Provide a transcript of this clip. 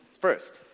First